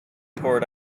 poured